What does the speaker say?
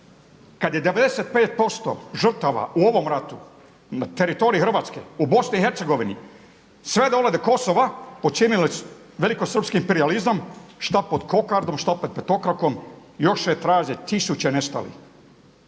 kad je 95% žrtava u ovom ratu na teritoriju Hrvatske, u BIH sve dolje do Kosova počinili su velikosrpski imperijalizam šta pod kokardom, šta pod petokrakom, i još se traže tisuće nestalih.